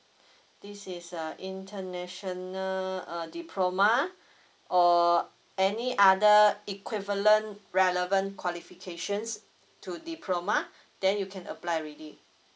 this is a international diploma or any other equivalent relevant qualifications to diploma then you can apply already